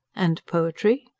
and poetry?